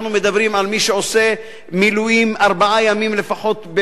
אנחנו מדברים על מי שעושה מילואים ארבעה ימים לפחות,